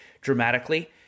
dramatically